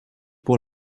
pour